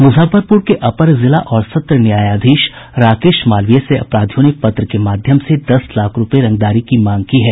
मूजफ्फरपूर के अपर जिला और सत्र न्यायाधीश राकेश मालवीय से अपराधियों ने पत्र के माध्यम से दस लाख रूपये रंगदारी की मांग की है